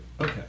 Okay